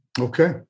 Okay